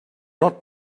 not